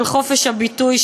של חופש הביטוי,